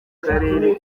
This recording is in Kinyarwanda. karere